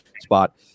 spot